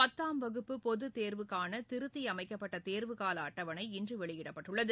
பத்தாம் வகுப்பு பொதுத் தேர்வுக்கான திருத்தியமைக்கப்பட்ட தேர்வுக்கால அட்டவணை இன்று வெளியிடப்பட்டுள்ளது